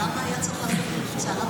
למה היה צריך לעשות מבצע?